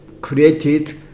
created